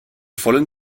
vollen